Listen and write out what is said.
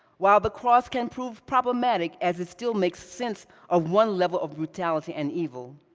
while the cross can prove problematic, as it still makes sense of one level of brutality and evil,